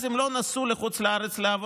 אז הם לא נסעו לחוץ לארץ לעבודה,